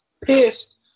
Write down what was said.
pissed